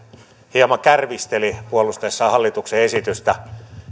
hieman kärvisteli puolustaessaan hallituksen esitystä